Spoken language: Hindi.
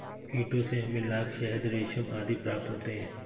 कीटों से हमें लाख, शहद, रेशम आदि प्राप्त होते हैं